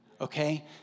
okay